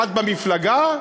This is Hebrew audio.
את במפלגה?